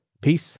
Peace